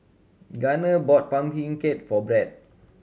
Gunner bought pumpkin cake for Bret